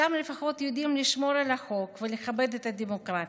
שם לפחות יודעים לשמור על החוק ולכבד את הדמוקרטיה.